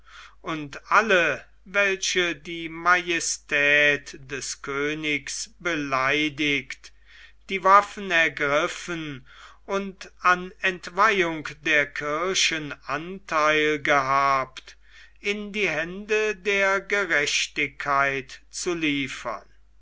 und alle welche die majestät des königs beleidigt die waffen ergriffen und an entweihung der kirchen antheil gehabt in die hände der gerechtigkeit zu liefern